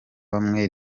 bamwe